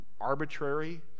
arbitrary